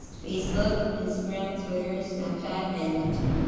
facebook, instagram, twitter, snapchat, and youtube.